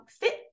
fit